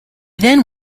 then